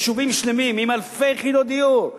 יישובים שלמים עם אלפי יחידות דיור.